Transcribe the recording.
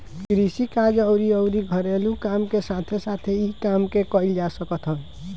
कृषि कार्य अउरी अउरी घरेलू काम के साथे साथे इ काम के कईल जा सकत हवे